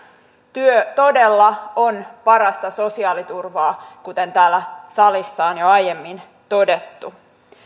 työ todella on parasta sosiaaliturvaa kuten täällä salissa on jo aiemmin todettu